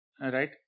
right